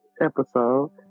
episode